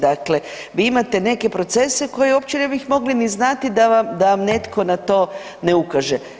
Dakle, vi imate neke procese koje uopće ne bih mogli ni znati da vam netko na to ne ukaže.